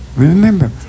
Remember